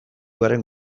garen